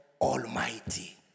Almighty